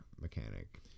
mechanic